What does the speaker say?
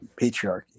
patriarchy